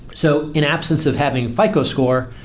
so in absence of having a fico score,